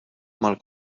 mal